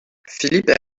philippe